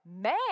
man